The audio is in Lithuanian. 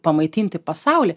pamaitinti pasaulį